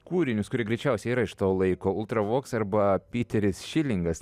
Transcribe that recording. kūrinius kurie greičiausiai yra iš to laiko ultravoks arba piteris šilingas